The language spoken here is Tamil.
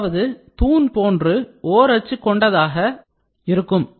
அதாவது தூண் போன்று ஓர் அச்சு கொண்டதாக இருக்கும்